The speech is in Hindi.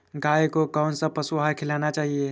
गाय को कौन सा पशु आहार खिलाना चाहिए?